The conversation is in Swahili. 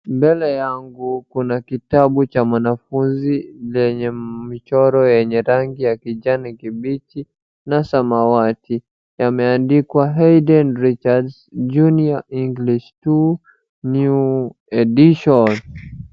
Mbele yangu kuna kitabu cha mwanafuzi lenye michoro yenye rangi ya kijani kibichi na samawati. Yameandikwa Haydn Richards Junior English 2, New Edition .